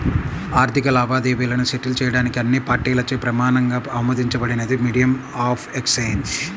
ఆర్థిక లావాదేవీలను సెటిల్ చేయడానికి అన్ని పార్టీలచే ప్రమాణంగా ఆమోదించబడినదే మీడియం ఆఫ్ ఎక్సేంజ్